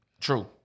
True